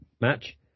match